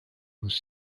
was